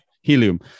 helium